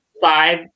five